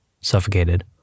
Suffocated